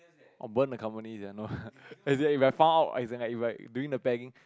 or burn the company they will know as in if I found out I as in like doing the bank